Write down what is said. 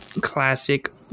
classic